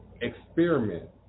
experiment